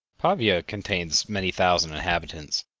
pavia contains many thousand inhabitants,